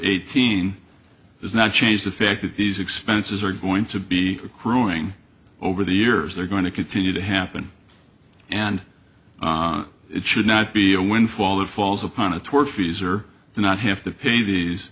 eighteen does not change the fact that these expenses are going to be accruing over the years they're going to continue to happen and it should not be a windfall that falls upon a tortfeasor do not have to pay these